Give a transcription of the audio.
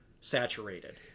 saturated